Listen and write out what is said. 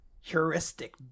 Heuristic